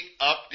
update